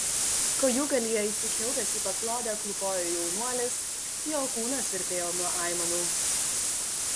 kojūgalyje įsikniaubęs į paklodę klūpojo jaunuolis jo kūnas virpėjo nuo aimanų